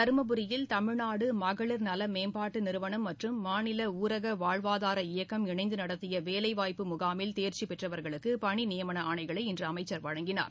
தருமபுரியில் தமிழ்நாடு மகளிர் நல மேம்பாட்டு நிறுவனம் மற்றும் மாநில ஊரக வாழ்வாதார இயக்கமும் இணைந்து நடத்திய வேலைவாய்ப்பு முகாமில் தேர்ச்சி பெற்றவர்களுக்கு பணி நியமன ஆணைகளை இன்று அமைச்சர் வழங்கினார்